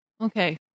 Okay